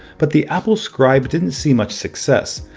but the apple scribe didn't see much success,